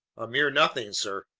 a mere nothing, sir.